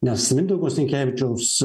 nes mindaugo sinkevičiaus